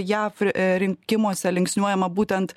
jav a rinkimuose linksniuojamą būtent